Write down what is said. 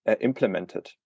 implemented